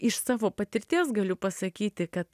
iš savo patirties galiu pasakyti kad